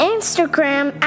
Instagram